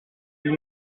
ils